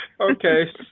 okay